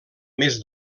mes